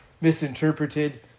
misinterpreted